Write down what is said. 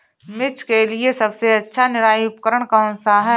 मिर्च के लिए सबसे अच्छा निराई उपकरण कौनसा है?